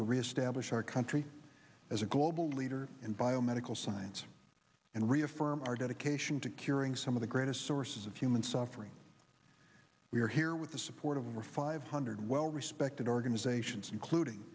to reestablish our country as a global leader in biomedical science and reaffirm our dedication to curing some of the greatest sources of human suffering we are here with the support of were five hundred well respected organizations including